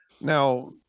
now